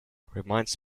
reminds